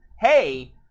hey